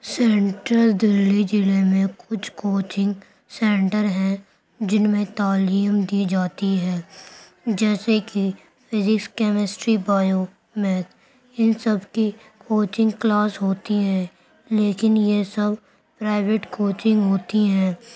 central Delhi ضلعے میں کچھ کوچنگ سینٹر ہیں جن میں تعلیم دی جاتی ہے جیسے کہ فزیکس کیمسٹری بایو میتھ ان سب کی کوچنگ کلاس ہوتی ہیں لیکن یہ سب پرائیویٹ کوچنگ ہوتی ہیں